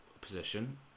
position